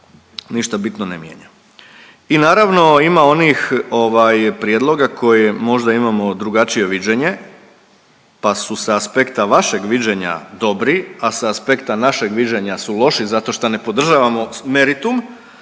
ništa bitno ne mijenja. I naravno ima onih prijedloga koje možda imamo drugačije viđenje pa su sa aspekta vašeg viđenja dobri, a sa aspekta našeg viđenja su loši zato šta ne podržavamo meritum.